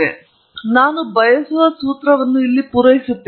ಹಾಗಾಗಿ ನಾನು ಬಯಸುವ ಸೂತ್ರವನ್ನು ನಾನು ಇಲ್ಲಿ ಪೂರೈಸುತ್ತೇನೆ